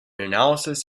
analysis